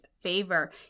favor